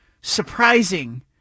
surprising